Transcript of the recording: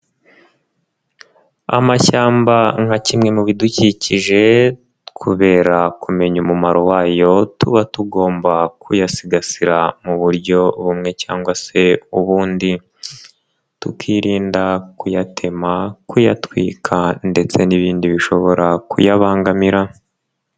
Amashyamba nka kimwe mu bidukikije kubera kumenya umumaro wayo, tuba tugomba kuyasigasira mu buryo bumwe cyangwa se ubundi. Tukirinda kuyatema, kuyatwika ndetse n'ibindi bishobora kuyabangamira.